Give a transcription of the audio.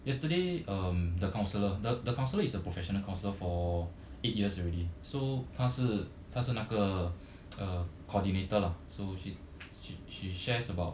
yesterday um the counsellor the the counsellor is a professional counsellor for eight years already so 她是她是那个 uh coordinator lah so she she shares about